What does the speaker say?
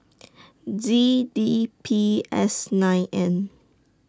Z D P S nine N